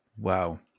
Wow